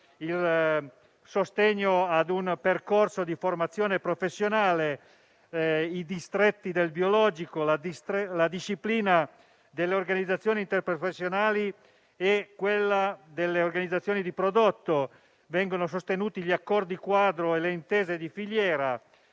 di settore, i percorsi di formazione professionale, i distretti del biologico, la disciplina delle organizzazioni interprofessionali e quella delle organizzazioni di prodotto. Vengono sostenuti gli accordi quadro e le intese di filiera,